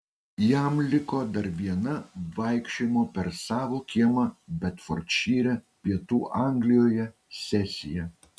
jam liko dar viena vaikščiojimo per savo kiemą bedfordšyre pietų anglijoje sesija